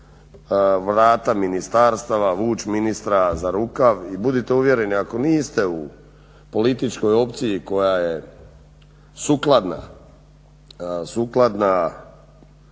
vrata ministarstava, vući ministra za rukav i budite uvjereni ako niste u političkoj opciji koja je sukladna vlasti,